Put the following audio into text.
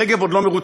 רגב עוד לא מרוצה.